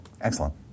Excellent